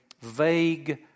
vague